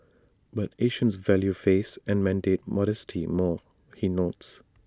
but Asians value face and mandate modesty more he notes